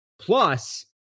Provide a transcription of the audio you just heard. Plus